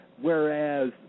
Whereas